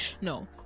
no